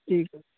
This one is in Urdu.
ٹھیک ہے